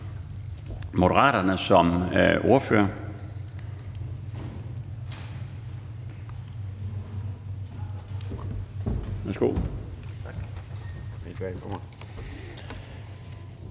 Moderaterne. Næste ordfører